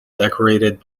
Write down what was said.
decorated